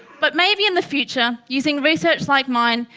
but maybe in the future, using research like mine,